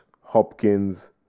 Hopkins